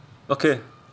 okay